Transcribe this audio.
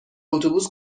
اتوبوس